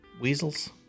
weasels